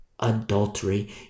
adultery